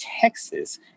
Texas